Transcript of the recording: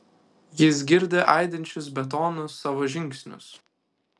jis girdi aidinčius betonu savo žingsnius